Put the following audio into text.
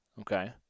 Okay